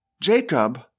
Jacob